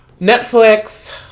Netflix